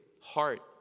heart